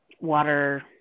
water